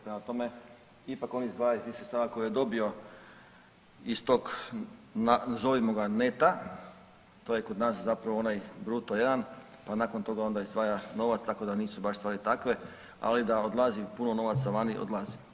Prema tome, ipak on izdvaja iz tih sredstava koje je dobio iz tog nazovimo ga neta to je kod nas zapravo onaj bruto jedan, pa nakon toga onda izdvaja novac tako da nisu baš stvari takve, ali da odlazi puno novaca vani, odlazi.